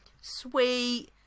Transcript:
Sweet